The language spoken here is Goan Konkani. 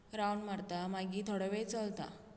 राउंड मारता मागीर थोडो वेळ चलता